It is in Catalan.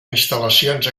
instal·lacions